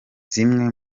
zimwe